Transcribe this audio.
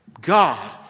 God